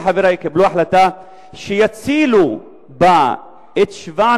כל חבריה יקבלו החלטה שיצילו בה את 700